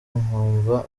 nkumva